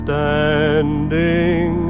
Standing